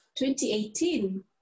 2018